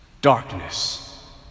Darkness